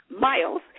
miles